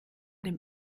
dem